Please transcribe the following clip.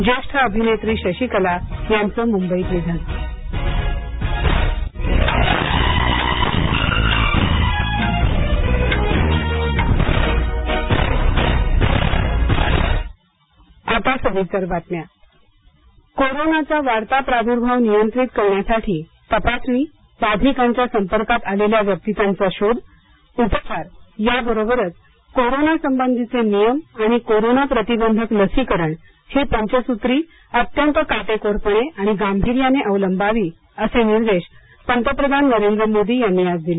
ज्येष्ठ अभिनेत्री शशिकला यांचं मुंबईत निधन पंतप्रधान कोविड बैठक कोरोनाचा वाढता प्रादुर्भाव नियंत्रित करण्यासाठी तपासणी बाधितांच्या संपर्कात आलेल्या व्यक्तींचा शोध उपचार याबरोबरच कोरोना संबंधीचे नियम आणि कोरोना प्रतिबंधक लसीकरण ही पंचसूत्री अत्यंत काटेकोरपणे आणि गांभिर्याने अवलंबावी असे निर्देश पंतप्रधान नरेंद्र मोदी यांनी आज दिले